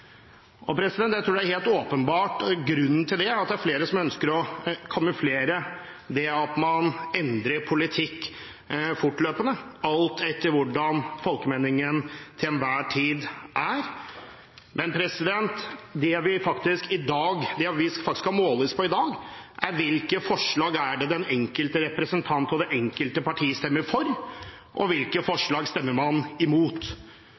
jeg tror det er helt åpenbart at grunnen til det er at det er flere som ønsker å kamuflere at man endrer politikk fortløpende, alt etter hvordan folkemeningen til enhver tid er. Men det vi faktisk skal måles på i dag, er hvilke forslag den enkelte representant og det enkelte parti stemmer for, og hvilke forslag man stemmer imot.